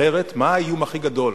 אחרת, מה האיום הכי גדול,